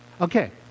Okay